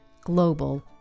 global